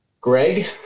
Greg